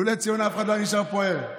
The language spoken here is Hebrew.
לולא ציונה אף אחד לא היה נשאר פה ער.